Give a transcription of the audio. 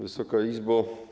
Wysoka Izbo!